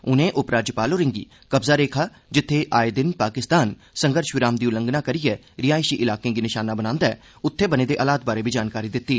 उनें उपराज्यपाल होरें गी कब्जा रेखा जित्थे आये दिन पाकिस्तान संघर्ष विराम दी उल्लंघना करियै रिहायशी इलाकें गी निशाना बनांदा ऐ पर बने दे हालात बारै जानकारी दिती